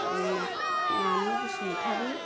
नानि बसुमतारी